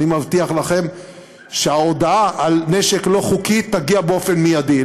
אני מבטיח לכם שההודעה על נשק לא חוקי תגיע באופן מיידי.